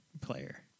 player